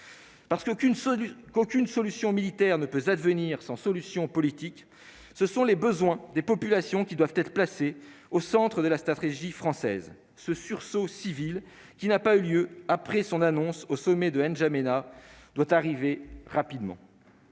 qu'aucune solution militaire ne peut advenir sans solution politique, ce sont les besoins des populations qui doivent être placés au centre de la stratégie française ce sursaut civil qui n'a pas eu lieu après son annonce au sommet de N Djamena doit arriver rapidement.